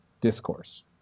discourse